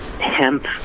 hemp